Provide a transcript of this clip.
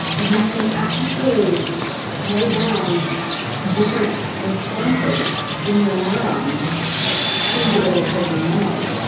you can actually lay down different responses in your neurons to the old triggering memory.